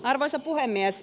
arvoisa puhemies